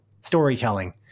storytelling